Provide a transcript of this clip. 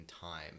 time